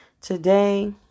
Today